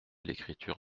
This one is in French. l’écriture